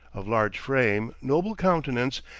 of large frame, noble countenance,